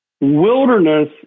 Wilderness